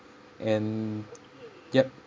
and yup